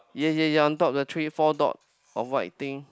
yea yea yea on top the three four dot or white thing